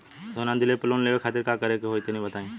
सोना दिहले पर लोन लेवे खातिर का करे क होई तनि बताई?